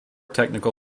technical